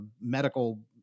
medical